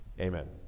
amen